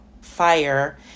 fire